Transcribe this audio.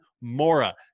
Mora